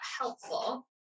helpful